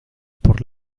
por